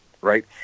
right